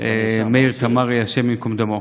מאיר תמרי, השם ייקום דמו.